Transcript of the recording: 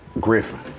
Griffin